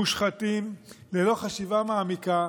מושחתים, ללא חשיבה מעמיקה,